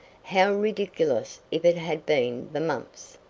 how ridiculous if it had been the mumps,